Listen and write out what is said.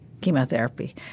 chemotherapy